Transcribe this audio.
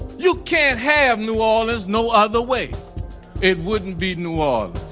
you can't have new orleans no other way it wouldn't be new um